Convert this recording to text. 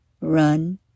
run